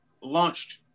launched